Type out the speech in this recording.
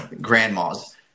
Grandmas